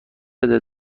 بده